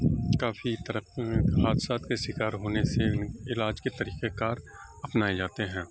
کافی طرح کے حادثات کا شکار ہونے سے علاج کے طریقۂ کار اپنائے جاتے ہیں